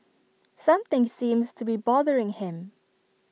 something seems to be bothering him